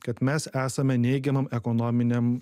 kad mes esame neigiamam ekonominiam